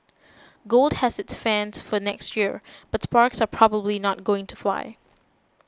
gold has its fans for next year but sparks are probably not going to fly